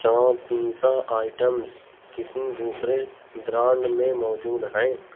کیا pizza items کسی دوسرے برانڈ میں موجود ہیں